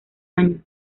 año